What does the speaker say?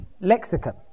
lexicon